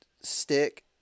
stick